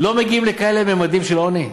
לא מגיעים לכאלה ממדים של עוני?